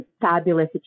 fabulous